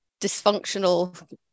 dysfunctional